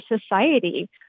society